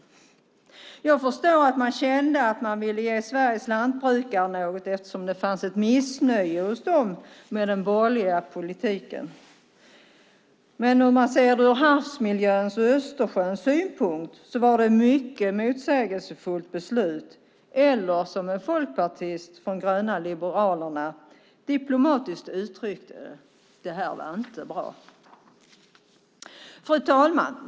Jag förstår att man kände att man ville ge Sveriges lantbrukare något eftersom det fanns ett missnöje hos dem med den borgerliga politiken. Om man ser det ur havsmiljöns och Östersjöns synpunkt var det ett mycket motsägelsefullt beslut. En folkpartist från de gröna liberalerna uttryckte det diplomatiskt: Det här var inte bra. Fru talman!